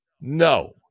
No